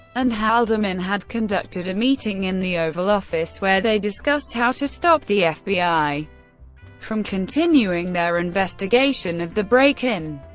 and haldeman had conducted a meeting in the oval office where they discussed how to stop the fbi from continuing their investigation of the break-in,